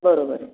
बरोबर आहे